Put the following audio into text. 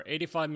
85